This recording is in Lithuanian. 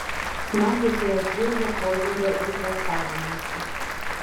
man reikėjo šviežio požiūrio į fechtavimąsi